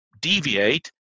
deviate